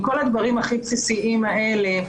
כל הדברים הכי בסיסיים האלה,